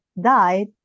died